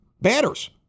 batters